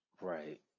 Right